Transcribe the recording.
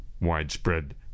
widespread